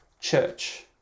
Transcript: church